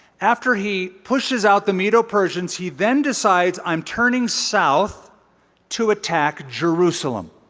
after he pushes out the medo persians, he then decides i'm turning south to attack jerusalem.